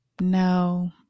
No